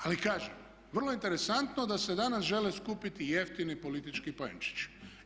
Ali kažem, vrlo je interesantno da se danas žele skupiti jeftini politički poenčići.